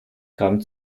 gramm